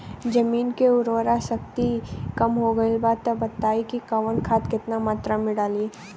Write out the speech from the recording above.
जमीन के उर्वारा शक्ति कम हो गेल बा तऽ बताईं कि कवन खाद केतना मत्रा में डालि?